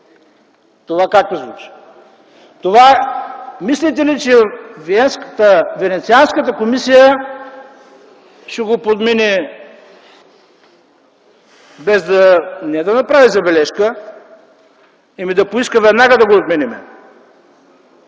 Това как ви звучи?! Мислите ли, че Венецианската комисия ще подмине това, без да направи забележка?! Ами ще поиска веднага да го отменим!